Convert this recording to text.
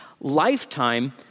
lifetime